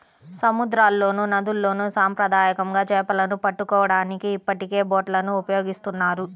సముద్రాల్లోనూ, నదుల్లోను సాంప్రదాయకంగా చేపలను పట్టుకోవడానికి ఇప్పటికే బోట్లను ఉపయోగిస్తున్నారు